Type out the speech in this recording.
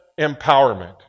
empowerment